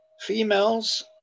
females